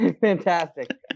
Fantastic